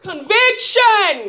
Conviction